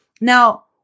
Now